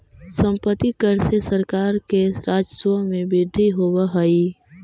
सम्पत्ति कर से सरकार के राजस्व में वृद्धि होवऽ हई